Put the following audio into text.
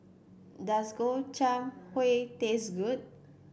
does Gobchang Gui taste good